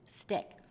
stick